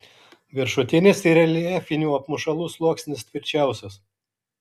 viršutinis reljefinių apmušalų sluoksnis tvirčiausias